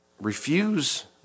refuse